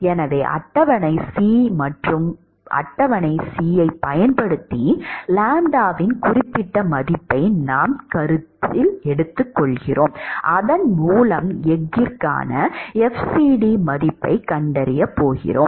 எனவே table C மற்றும் table Cயைப் பயன்படுத்தி லாம்ப்டாவின் குறிப்பிட்ட மதிப்புக்கு நாம் கருதும் கொடுக்கப்பட்ட எஃகுக்கான fcd மதிப்பை கண்டறியலாம்